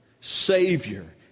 Savior